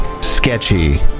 sketchy